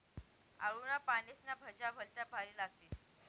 आळूना पानेस्न्या भज्या भलत्या भारी लागतीस